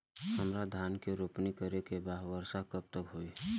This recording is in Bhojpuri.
हमरा धान के रोपनी करे के बा वर्षा कब तक होई?